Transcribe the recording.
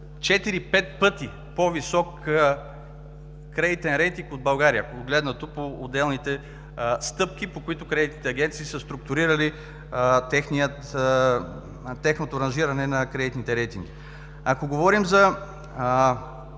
пъти по-висок кредитен рейтинг от България, погледнато по отделните стъпки, по които кредитните агенции са структурирали тяхното аранжиране на кредитните рейтинги. Ако говорим за